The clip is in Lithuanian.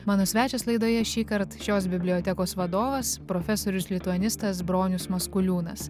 mano svečias laidoj šįkart šios bibliotekos vadovas profesorius lituanistas bronius maskuliūnas